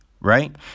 Right